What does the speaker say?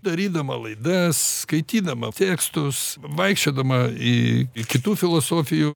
darydama laidas skaitydama tekstus vaikščiodama į kitų filosofijų